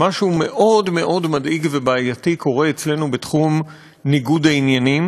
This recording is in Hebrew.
שמשהו מאוד מאוד מדאיג ובעייתי קורה אצלנו בתחום ניגוד העניינים,